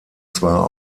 zwar